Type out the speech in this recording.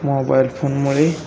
mobile फोनमुळे